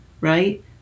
right